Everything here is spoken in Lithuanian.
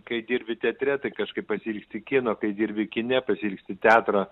kai dirbi teatre tai kažkaip pasiilgsti kino kai dirbi kine pasiilgsti teatro